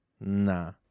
nah